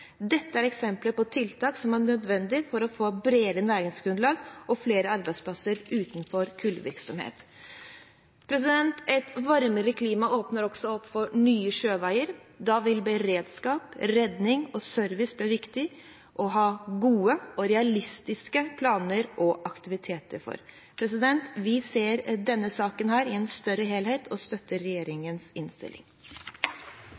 Dette er eksempler på tiltak som er nødvendige for å få et bredere næringsgrunnlag og flere arbeidsplasser utenfor kullvirksomhet. Et varmere klima åpner også opp for nye sjøveier. Da vil beredskap, redning og service bli viktig å ha gode og realistiske planer og aktiviteter for. Vi ser denne saken i en større helhet og støtter